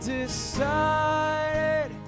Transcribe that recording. decided